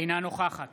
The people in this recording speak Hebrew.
אינה נוכחת